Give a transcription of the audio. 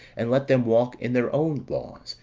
and let them walk in their own laws,